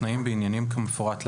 תנאים בעניינים כמפורט להלן: